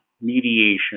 mediation